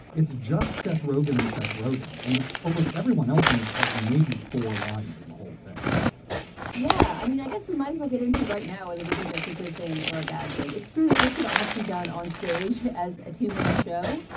it's just seth rogen and seth rogen and almost everyone else in it has maybe four lines in the whole thing yeah, i mean, i guess we might as well get into right now whether we think that's a good thing or a bad thing. it's true that this could almost be done on stage as a two man show,